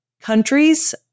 countries